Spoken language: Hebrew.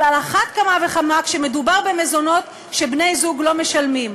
אבל על אחת כמה וכמה כשמדובר במזונות שבני-זוג לא משלמים.